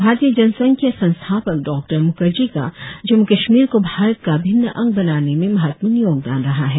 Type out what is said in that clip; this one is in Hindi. भारतीय जनसंघ के संस्थापक डॉक्टर मुखर्जी का जम्मू कश्मीर को भारत का अभिन्न अंग बनाने में महत्वपूर्ण योगदान रहा है